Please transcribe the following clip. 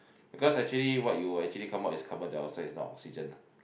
because actually what you'll actually come out is carbon dioxide is not oxygen